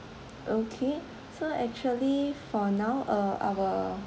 okay so actually for now uh our